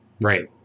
Right